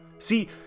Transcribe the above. See